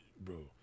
bro